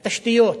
התשתיות,